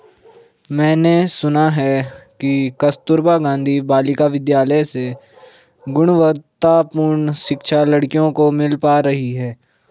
मैंने सुना है कि कस्तूरबा गांधी बालिका विद्यालय से गुणवत्तापूर्ण शिक्षा लड़कियों को मिल पा रही है